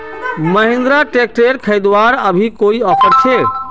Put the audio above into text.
Mahindra tractor खरीदवार अभी कोई ऑफर छे?